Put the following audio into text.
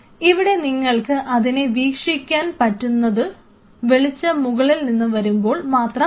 ഇവിടെ നിങ്ങൾക്ക് ഇതിനെ വീക്ഷിക്കാൻ പറ്റുന്നത് വെളിച്ചം മുകളിൽ നിന്ന് വരുമ്പോൾ മാത്രമാണ്